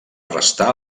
restar